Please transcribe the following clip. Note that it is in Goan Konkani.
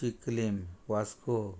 चिकलीम वास्को